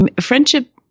friendship